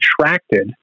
attracted